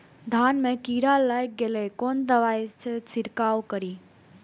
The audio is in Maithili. धान में कीरा लाग गेलेय कोन दवाई से छीरकाउ करी?